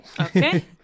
Okay